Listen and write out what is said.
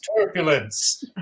turbulence